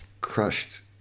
crushed